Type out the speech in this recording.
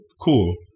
cool